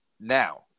Now